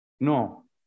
No